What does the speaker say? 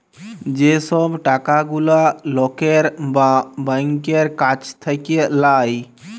যে সব টাকা গুলা লকের বা ব্যাংকের কাছ থাক্যে লায়